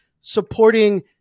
supporting